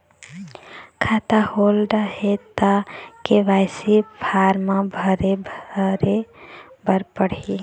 खाता होल्ड हे ता के.वाई.सी फार्म भरे भरे बर पड़ही?